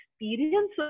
experience